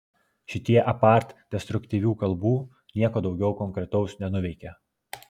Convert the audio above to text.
šitie apart destruktyvių kalbų nieko daugiau konkretaus nenuveikė